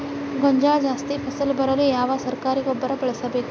ಗೋಂಜಾಳ ಜಾಸ್ತಿ ಫಸಲು ಬರಲು ಯಾವ ಸರಕಾರಿ ಗೊಬ್ಬರ ಬಳಸಬೇಕು?